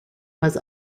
was